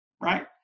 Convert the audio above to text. right